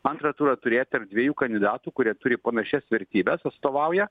antrą turą turėt tarp dviejų kandidatų kurie turi panašias vertybes atstovauja